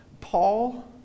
Paul